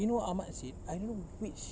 you know what ahmad said I don't know which